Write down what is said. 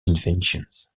inventions